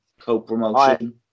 co-promotion